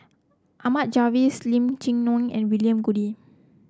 Ahmad Jais Lim Chee Onn and William Goode